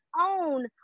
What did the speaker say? own